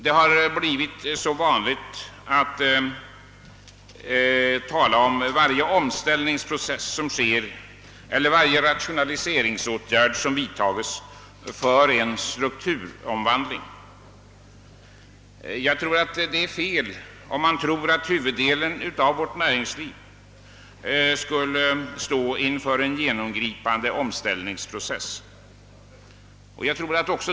Det har blivit så vanligt att kalla varje omställningsprocess som sker eller varje rationaliseringsåtgärd som vidtages för strukturomvandling. Jag anser att det är fel att tro att huvuddelen av vårt näringsliv skulle stå inför en genomgripande omställningsprocess.